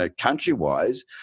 country-wise